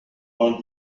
vingt